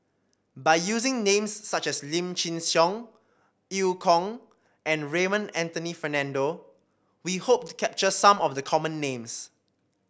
by using names such as Lim Chin Siong Eu Kong and Raymond Anthony Fernando we hope to capture some of the common names